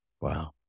Wow